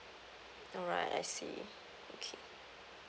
alright I see okay